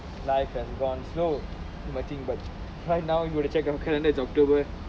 life has gone slow but right now you have to check your calendar it's october